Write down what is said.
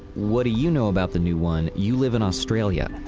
what do you know about the new one? you live in australia.